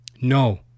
No